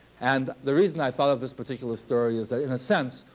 and the reason i thought of this particular story is that, in a sense,